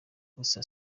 gusa